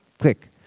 quick